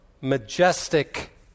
majestic